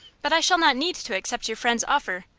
but i shall not need to accept your friend's offer.